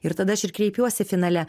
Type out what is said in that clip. ir tada aš ir kreipiuosi finale